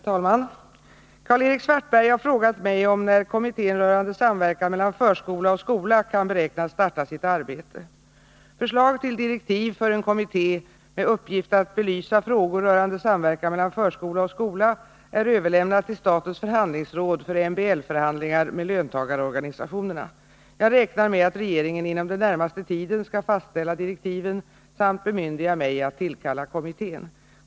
Herr talman! Karl-Erik Svartberg har frågat mig när kommittén rörande samverkan mellan förskola och skola kan beräknas starta sitt arbete. Förslag till direktiv för en kommitté med uppgift att belysa frågor rörande samverkan mellan förskola och skola är överlämnat till statens förhandlingsråd för MBL-förhandlingar med löntagarorganisationerna. Jag räknar med att regeringen inom den närmaste tiden skall fastställa direktiven samt bemyndiga mig att tillkalla kommittén.